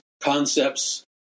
concepts